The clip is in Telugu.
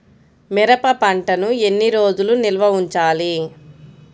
మిరప పంటను ఎన్ని రోజులు నిల్వ ఉంచాలి?